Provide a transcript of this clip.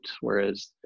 whereas